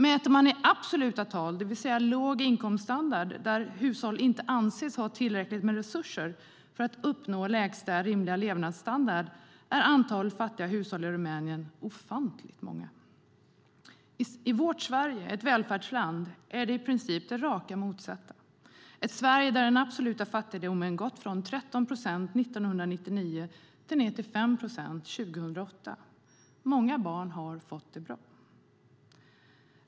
Mäter man i absoluta tal, det vill säga låg inkomststandard där hushåll inte anses ha tillräckligt med resurser för att uppnå lägsta rimliga levnadsstandard, är antal fattiga hushåll i Rumänien ofantligt många. I Sverige, ett välfärdsland, är det i princip det rakt motsatta. I Sverige har den absoluta fattigdomen gått från 13 procent 1999 till 5 procent 2008. Många barn har fått det bra.